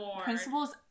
principal's